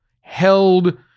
Held